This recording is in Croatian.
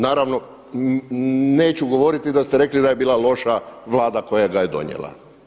Naravno neću govoriti da ste rekli da je bila loša Vlada koja ga je donijela.